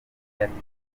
yatewe